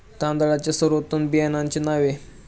तांदळाच्या सर्वोत्तम बियाण्यांची नावे?